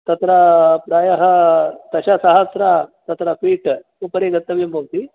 तत्र प्रायः दशसहस्र तत्र फ़ीट् उपरि गन्तव्यं भवति